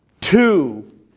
two